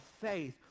faith